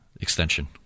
extension